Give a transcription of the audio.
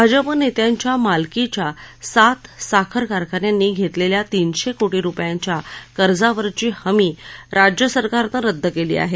भाजपा नेत्यांच्या मालकीच्या सात साखर कारखान्यांनी घेतलेल्या तीनशे कोटी रुपयांच्या कर्जावरची हमी राज्य सरकारनं रद्द केली आहे